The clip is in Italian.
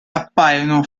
appaiono